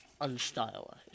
unstylized